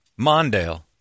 Mondale